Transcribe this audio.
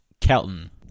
Kelton